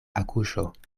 akuŝo